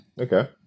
Okay